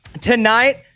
tonight